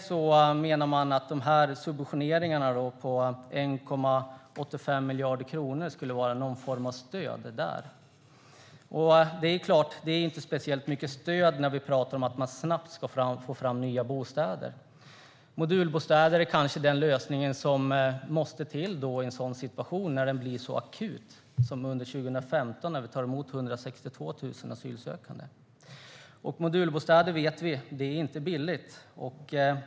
Ni menar att subventionerna på 1,85 miljarder kronor skulle vara någon form av stöd för det. Men det är inte speciellt mycket stöd när vi pratar om att snabbt få fram nya bostäder. Modulbostäder är kanske den lösning som måste till i en situation som blir så akut som under 2015, då vi tog emot 162 000 asylsökande. Och vi vet att modulbostäder inte är billiga.